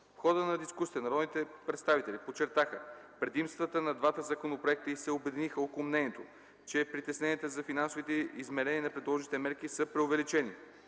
В хода на дискусията народните представители подчертаха предимствата на двата законопроекта и се обединиха около мнението, че притесненията за финансовите измерения на предложените мерки са преувеличени.